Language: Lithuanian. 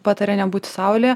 pataria nebūti saulėje